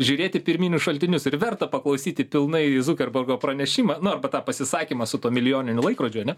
žiūrėti pirminius šaltinius ir verta paklausyti pilnai zukerbergo pranešimą nu arba tą pasisakymą su tuo milijoniniu laikrodžiu ane